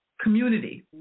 Community